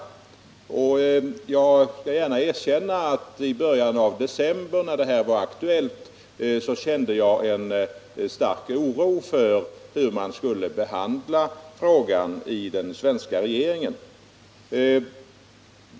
Jag skall gärna erkänna att jag i början av december när frågan var aktuell kände en stark oro för hur den svenska regeringen skulle behandla den.